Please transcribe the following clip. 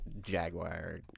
Jaguar